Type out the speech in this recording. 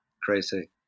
crazy